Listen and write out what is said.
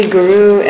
Guru